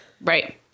Right